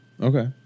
Okay